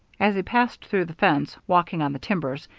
as he passed through the fence, walking on the timbers,